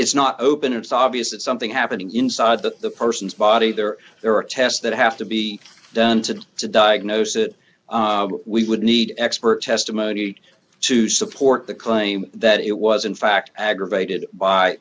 is not open it's obvious that something happening inside that the person's body there are there are tests that have to be done to try to diagnose it we would need expert testimony to support the claim that it was in fact aggravated by